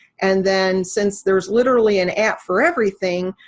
and then since there's literally an app for everything,